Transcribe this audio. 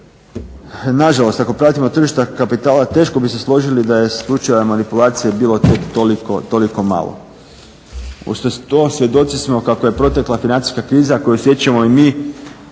Na žalost ako pratimo tržišta kapitala teško bi se složili da je slučajeva manipulacije bilo tek toliko malo. Uz sve ovo svjedoci smo kako je protekla financijska kriza koju osjećamo i mi